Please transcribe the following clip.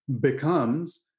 becomes